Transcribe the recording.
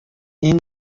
این